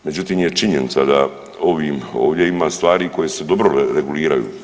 Međutim je činjenica da ovdje ima stvari koje se dobro reguliraju.